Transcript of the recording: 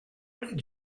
did